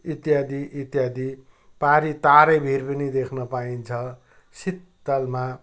इत्यादि इत्यादि पारि तारे भिर पनि देख्न पाइन्छ शीतलमा